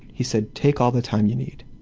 he said, take all the time you need.